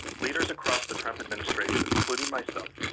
leaders across the trump administration, including myself,